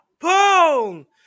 Boom